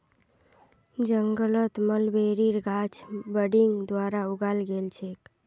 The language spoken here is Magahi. जंगलत मलबेरीर गाछ बडिंग द्वारा उगाल गेल छेक